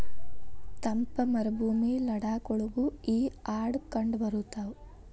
ತಂಪ ಮರಭೂಮಿ ಲಡಾಖ ಒಳಗು ಈ ಆಡ ಕಂಡಬರತಾವ